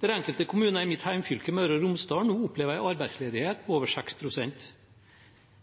der enkelte kommuner i mitt hjemfylke, Møre og Romsdal, nå opplever en arbeidsledighet på over 6 pst.